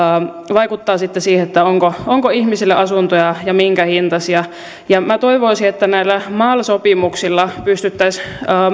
vaikuttaa sitten siihen onko ihmisille asuntoja ja minkä hintaisia minä toivoisin että näillä mal sopimuksilla pystyttäisiin